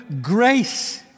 grace